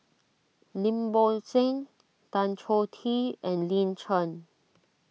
Lim Bo Seng Tan Choh Tee and Lin Chen